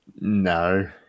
No